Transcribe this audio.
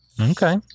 Okay